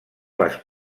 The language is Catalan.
les